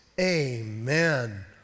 amen